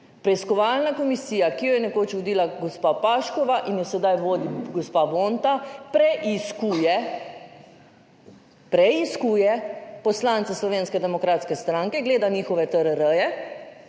Preiskovalna komisija, ki jo je nekoč vodila gospa Pašek in jo sedaj vodi gospa Vonta, preiskuje, preiskuje poslance Slovenske demokratske stranke, gleda njihove TRR,